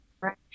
Right